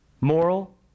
moral